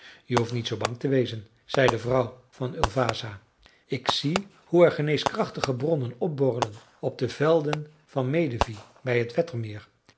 je hoeft niet zoo bang te wezen zei de vrouw van ulvasa ik zie hoe er geneeskrachtige bronnen opborrelen op de velden van medevi bij het